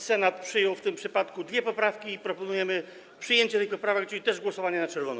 Senat przyjął w tym przypadku dwie poprawki i proponujemy przyjęcie tych poprawek, czyli też głosowanie na czerwono.